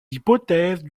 hypothèses